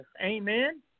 Amen